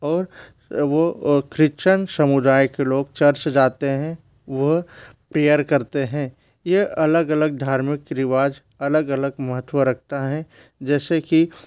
और वह क्रिश्चियन समुदाय के लोग चर्च जाते हैं वह प्रेयर करते हैं यह अलग अलग धार्मिक रिवाज अलग अलग महत्व रखता है जैसे कि